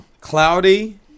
cloudy